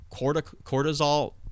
cortisol